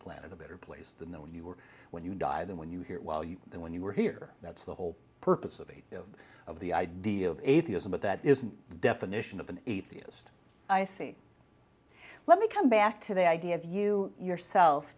planet a better place than the one you were when you die then when you hear well you know when you were here that's the whole purpose of the of the idea of atheism but that isn't definition of an atheist i see let me come back to the idea of you yourself